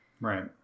Right